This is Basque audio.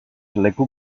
leku